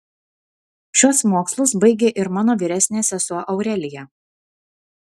šiuos mokslus baigė ir mano vyresnė sesuo aurelija